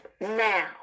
now